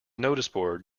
noticeboard